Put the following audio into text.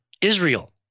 Israel